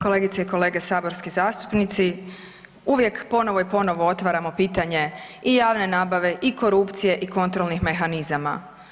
Kolegice i kolege saborski zastupnici, uvijek ponovo i ponovo otvaramo pitanje i javne nabave i korupcije i kontrolnih mehanizama.